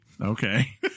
Okay